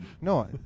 No